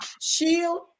shield